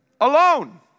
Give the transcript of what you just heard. alone